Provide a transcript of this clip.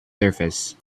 surface